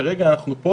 כרגע אנחנו פה,